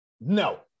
No